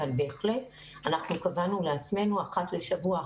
אבל בהחלט אנחנו קבענו לעצמנו אחת לשבוע,